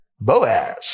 Boaz